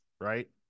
right